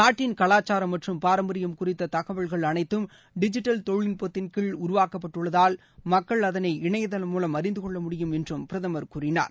நாட்டின் கவாச்சாரம் மற்றும் பாரம்பரியம் குறித்த தகவல்கள் அனைத்தும் டிஜிட்டல் தொழில்நுட்பத்தின் கீழ் உருவாக்கப்பட்டுள்ளதால் மக்கள் அதனை இணையதளம் மூலம் அறிந்து கொள்ள முடியும் என்று பிரதமர் கூறியுனார்